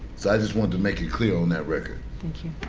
so i just want to make it clear on that record. thank you.